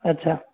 अच्छा